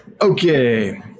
Okay